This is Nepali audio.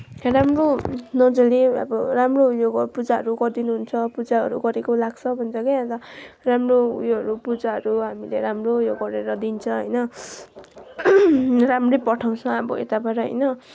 राम्रो मजाले अब राम्रो यो घर पूजाहरू गरिदिनुहुन्छ पूजाहरू गरेको लाग्छ भन्छ के अनि त राम्रो उयोहरू पूजाहरू हामीले राम्रो उयो गरेर दिन्छ होइन राम्रै पठाउँछ अब यताबाट होइन